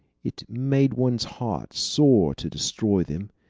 it made one's heart sore to destroy them.